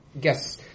guess